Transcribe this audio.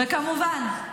וכמובן,